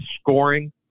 scoring